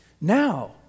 Now